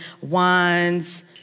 wands